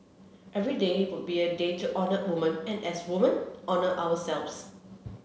every day would be a day to honour women and as women honour ourselves